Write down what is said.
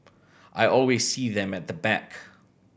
I always see them at the back